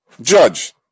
Judge